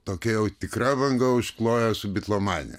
tokia jau tikra banga iužklojo su bitlomanija